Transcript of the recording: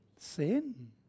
Sin